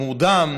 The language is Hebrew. מורדם.